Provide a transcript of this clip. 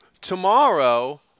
tomorrow